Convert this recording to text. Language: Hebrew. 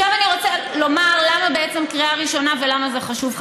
אני רוצה לומר למה בעצם קריאה ראשונה ולמה זה חשוב,